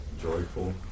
joyful